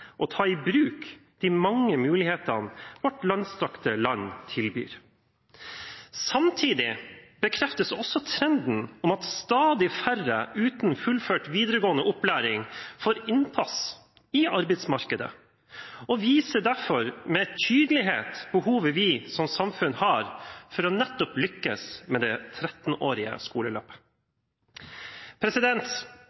og ta i bruk de mange mulighetene vårt langstrakte land tilbyr. Samtidig bekreftes trenden at stadig færre uten fullført videregående opplæring får innpass i arbeidsmarkedet. Det viser derfor med tydelighet behovet vi som samfunn har for nettopp å lykkes med det 13-årige skoleløpet.